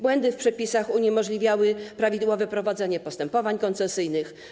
Błędy w przepisach uniemożliwiały prawidłowe prowadzenie postępowań koncesyjnych.